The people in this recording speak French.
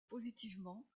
positivement